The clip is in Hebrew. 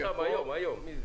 היום, מי זה?